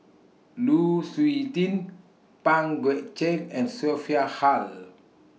Lu Suitin Pang Guek Cheng and Sophia Hull